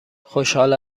خوشحال